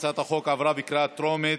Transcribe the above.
הצעת החוק עברה בקריאה טרומית,